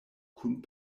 kun